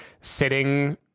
sitting